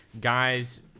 guys